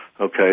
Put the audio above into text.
okay